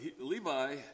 Levi